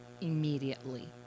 immediately